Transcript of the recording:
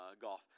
golf